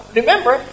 remember